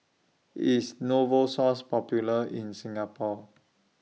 IS Novosource Popular in Singapore